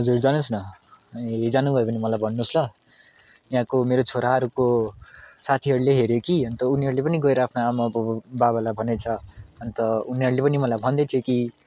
हजुर जानुहोस् न ए जानुभयो भने मलाई भन्नुहोस् ल यहाँको मेरो छोराहरूको साथीहरूले हेऱ्यो कि अन्त उनीहरूले पनि गएर आफ्नो आमा बाउ बाबालाई भनेछ अन्त उनीहरूले पनि मलाई भन्दै थियो कि